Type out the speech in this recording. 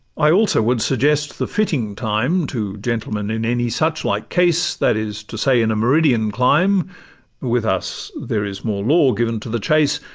i also would suggest the fitting time to gentlemen in any such like case, that is to say in a meridian clime with us there is more law given to the chase,